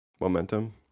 momentum